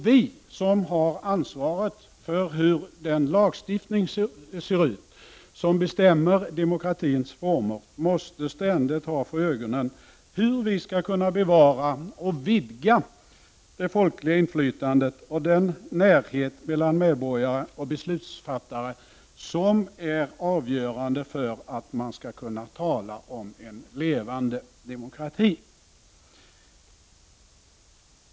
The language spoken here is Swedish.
Vi som har ansvaret för hur den lagstiftning ser ut som bestämmer demokratins former måste ständigt ha för ögonen hur vi skall kunna bevara och vidga det folkliga inflytandet och förbättra den närhet mellan medborgare och beslutsfattare som är avgörande för att man skall kunna tala om en levande demokrati.